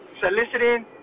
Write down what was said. soliciting